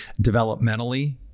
developmentally